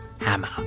hammer